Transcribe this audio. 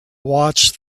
watch